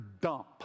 dump